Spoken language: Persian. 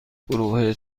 گروه